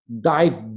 dive